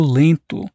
lento